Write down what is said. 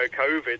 COVID